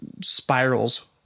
spirals